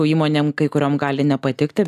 įmonėm kai kuriom gali nepatikti